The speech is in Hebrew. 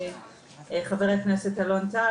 חבר הכנסת אלון טל,